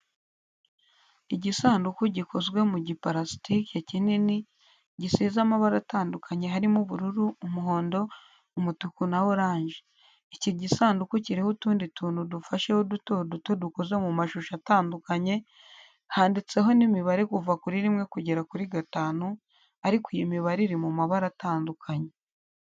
Igisanduku gikozwe mu giparasitike kinini, gisize amabara atandukanye harimo ubururu, umuhondo, umutuku na oranje. Iki gisanduku kiriho utundi tuntu dufasheho duto duto dukoze mu mashusho atandukanye, handitseho n'imibare kuva kuri rimwe kugera kuri gatanu, ariko iyi mibare iri mu mabara atandukanye.